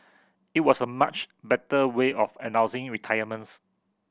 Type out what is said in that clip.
it was a much better way of announcing retirements